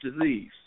disease